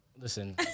listen